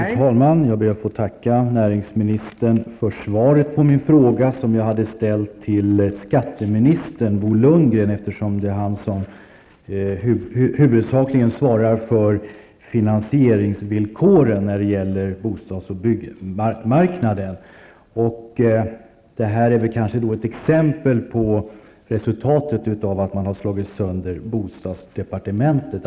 Fru talman! Jag ber att få tacka näringsministern för svaret på min fråga, som jag hade ställt till skatteminister Bo Lundgren, eftersom det är han som huvudsakligen svarar för finansieringsvillkoren när det gäller bostads och byggmarknaden. Att det kan uppstå en sådan här förvirring är kanske ett exempel på resultat av att man har slagit sönder bostadsdepartementet.